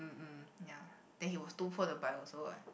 ya then he was too poor to buy also what